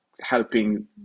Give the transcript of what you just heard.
helping